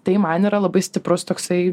tai man yra labai stiprus toksai